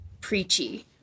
preachy